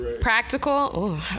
Practical